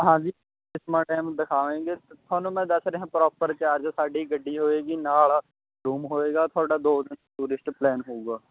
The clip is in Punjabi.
ਹਾਂਜੀ ਸਿਸਵਾ ਡੈਮ ਦਿਖਾਵਾਂਗੇ ਤੁਹਾਨੂੰ ਮੈਂ ਦੱਸ ਰਿਹਾ ਪਰੋਪਰ ਚਾਰਜ ਸਾਡੀ ਗੱਡੀ ਹੋਏਗੀ ਨਾਲ ਰੂਮ ਹੋਏਗਾ ਤੁਹਾਡਾ ਦੋ ਦਿਨ ਟੂਰਿਸਟ ਪਲੈਨ ਹੋਵੇਗਾ